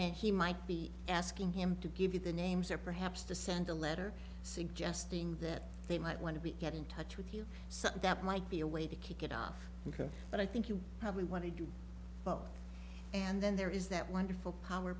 and he might be asking him to give you the names or perhaps to send a letter suggesting that they might want to be get in touch with you so that might be a way to kick it off but i think you probably want to do both and then there is that wonderful power